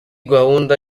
gahunda